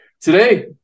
Today